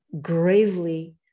gravely